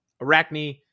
Arachne